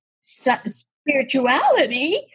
spirituality